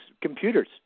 computers